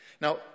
Now